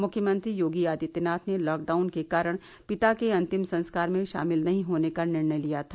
मुख्यमंत्री योगी आदित्यनाथ ने लॉकडाउन के कारण पिता के अंतिम संस्कार में शामिल नहीं होने का निर्णय लिया था